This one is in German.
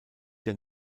der